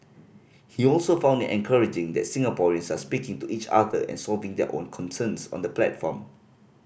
he also found it encouraging that Singaporeans are speaking to each other and solving their own concerns on the platform